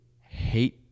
hate